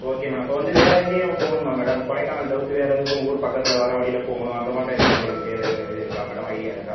okay madam இப்போ வந்து வேற எங்கேயும் போகணுமா மேடம் கொடைக்கானல் தவுர்த்து வேறு எதுக்கும் உங்கள் ஊர் பக்கத்தில் வர வழியில் போகணும் அந்த மாட்டம் எதுவும் உங்களுக்கு தேவை இது இருக்கா மேடம் ஐடியா இருக்கா